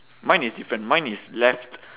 mine is different mine is left